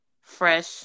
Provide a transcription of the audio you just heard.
Fresh